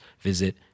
visit